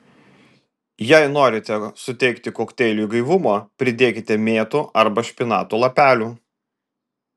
jei norite suteikti kokteiliui gaivumo pridėkite mėtų arba špinatų lapelių